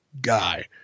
guy